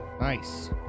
Nice